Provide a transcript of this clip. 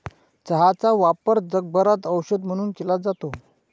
चहाचा वापर जगभरात औषध म्हणून केला जातो